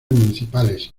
municipales